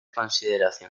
consideración